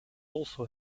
also